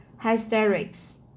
hysterics